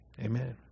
Amen